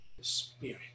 spirit